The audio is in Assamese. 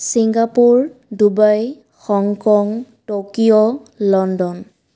Singapore Dubai Hong Kong Tokyo London